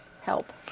help